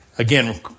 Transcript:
Again